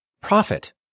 profit